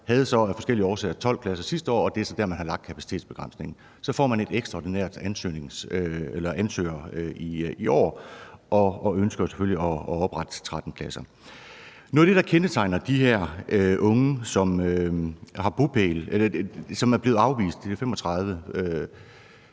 er så der, man har lagt kapacitetsbegrænsningen. Så får man et ekstraordinært antal ansøgere i år og ønsker selvfølgelig at oprette 13 pladser. Noget af det, der kendetegner de her 35 unge, som er bosiddende i Herning